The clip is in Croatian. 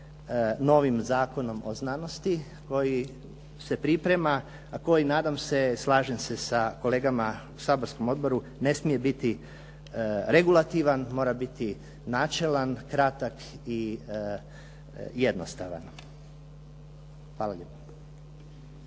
novim Zakonom o znanosti koji se priprema a koji nadam se, slažem se sa kolegama u saborskom odboru ne smije biti regulativan, mora biti načelan, kratak i jednostavan. Hvala lijepo.